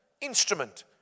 instrument